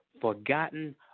forgotten